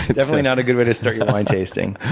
definitely not a good way to start your wine tasting.